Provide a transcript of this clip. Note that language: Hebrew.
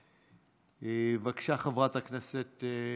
בבקשה, חברת הכנסת וולדיגר.